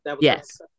Yes